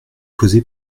posée